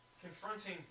confronting